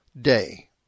Day